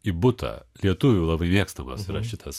į butą lietuvių labai mėgstamas yra šitas